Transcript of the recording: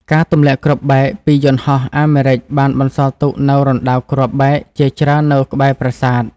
ការទម្លាក់គ្រាប់បែកពីយន្តហោះអាមេរិកបានបន្សល់ទុកនូវរណ្តៅគ្រាប់បែកជាច្រើននៅក្បែរប្រាសាទ។